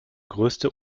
größte